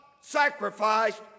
sacrificed